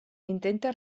intenta